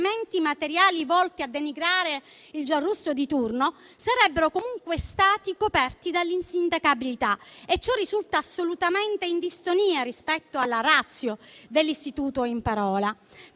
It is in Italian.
materiali volti a denigrare il Giarrusso di turno, sarebbero comunque stati coperti dall'insindacabilità. Ciò risulta assolutamente in distonia rispetto alla *ratio* dell'istituto in parola.